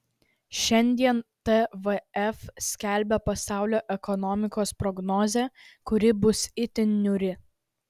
šiandien tvf skelbia pasaulio ekonomikos prognozę kuri bus itin niūri